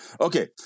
Okay